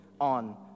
on